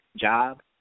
job